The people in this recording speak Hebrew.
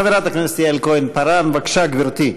חברת הכנסת יעל כהן-פארן, בבקשה, גברתי.